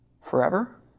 Forever